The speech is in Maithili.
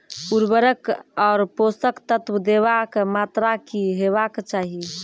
उर्वरक आर पोसक तत्व देवाक मात्राकी हेवाक चाही?